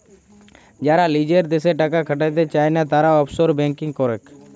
যারা লিজের দ্যাশে টাকা খাটাতে চায়না, তারা অফশোর ব্যাঙ্কিং করেক